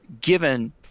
Given